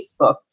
Facebook